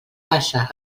passa